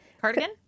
cardigan